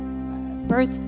birth